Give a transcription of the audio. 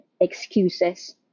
excuses